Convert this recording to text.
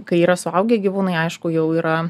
kai yra suaugę gyvūnai aišku jau yra